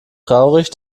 traurig